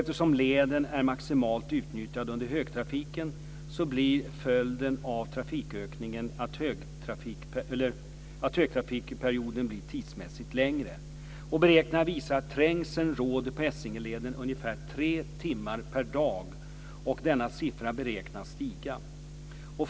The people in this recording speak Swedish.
Eftersom leden är maximalt utnyttjad under högtrafiken blir följden av trafikökningen att högtrafikperioden blir tidsmässigt längre. Beräkningar visar att trängsel råder på Essingeleden ungefär tre timmar per dag. Denna siffra beräknas stiga.